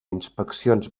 inspeccions